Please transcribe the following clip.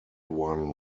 one